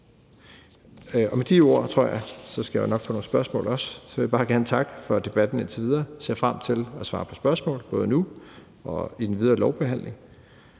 Med de ord – og så skal jeg nok også få nogle spørgsmål, tror jeg – vil jeg bare gerne takke for debatten indtil videre. Jeg ser frem til at svare på spørgsmål, både nu og i den videre lovbehandling.